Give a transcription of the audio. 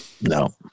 no